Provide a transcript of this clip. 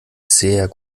sehr